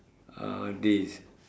uh days